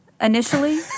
initially